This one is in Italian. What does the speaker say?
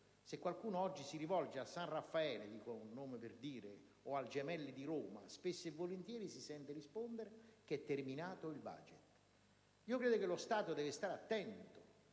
Se qualcuno oggi si rivolge al San Raffaele - dico un nome per fare un esempio - o al Gemelli di Roma, spesso e volentieri si sente rispondere che è terminato il *budget*. Io credo che lo Stato debba stare attento